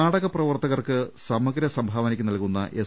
നാടക പ്രവർത്തകർക്ക് സമഗ്ര സംഭാവനക്ക് നൽകുന്ന എസ്